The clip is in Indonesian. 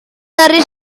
dari